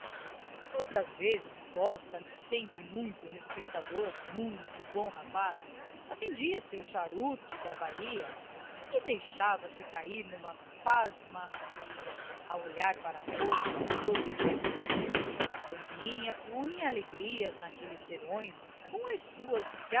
outras vezes o costa sempre muito respeitador muito bom rapaz acendia o seu charuto da bahia e deixava-se cair numa pasmaceira a olhar para a moça todo embebido nela pombinha punha alegrias naqueles serões com as suas